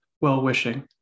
well-wishing